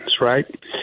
Right